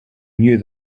knew